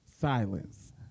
Silence